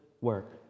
work